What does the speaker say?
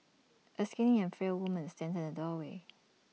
A skinny and frail woman stands in the doorway